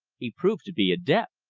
he proved to be adept.